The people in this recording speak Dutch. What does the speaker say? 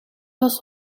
was